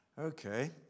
Okay